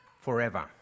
forever